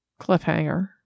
cliffhanger